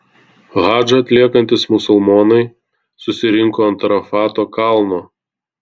hadžą atliekantys musulmonai susirinko ant arafato kalno